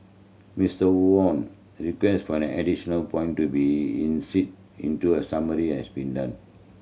Mister Wham request for an additional point to be in seat into a summary has been done